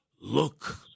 look